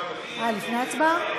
לפני ההצבעה?